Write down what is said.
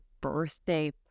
birthday